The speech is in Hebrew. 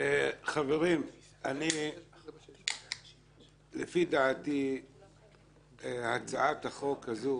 חברים, לפי דעתי הצעת החוק הזו